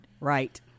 Right